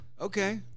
Okay